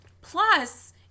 Plus